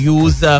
use